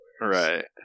Right